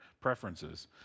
preferences